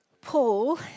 Paul